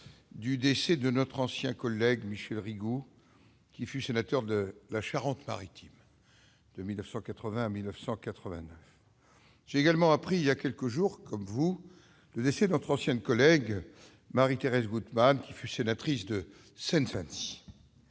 du décès de notre ancien collègue Michel Rigou, qui fut sénateur de la Charente-Maritime de 1980 à 1989. J'ai également appris il y a quelques jours, comme vous tous, le décès de notre ancienne collègue Marie-Thérèse Goutmann, qui fut sénatrice de